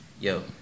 yo